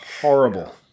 horrible